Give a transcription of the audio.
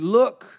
look